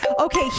Okay